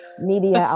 media